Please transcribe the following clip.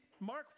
Mark